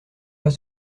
pas